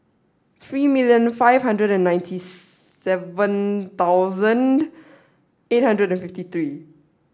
three million five hundred and ninety seven thousand eight hundred and fifty three